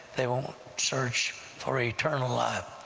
they won't search for eternal life,